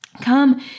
come